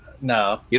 No